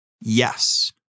Yes